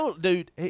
dude